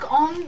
on